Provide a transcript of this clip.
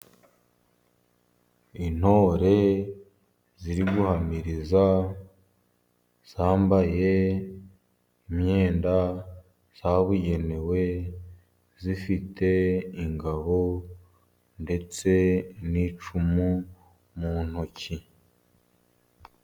Intore ziri guhamiriza zambaye imyenda yabugenewe, zifite ingabo ndetse n'icumu mu ntoki.